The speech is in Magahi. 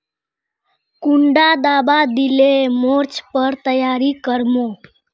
कुंडा दाबा दिले मोर्चे पर तैयारी कर मो?